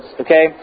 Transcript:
Okay